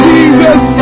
Jesus